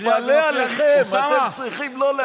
מתפלא עליכם, אתם צריכים לא להפריע לרגע.